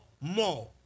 more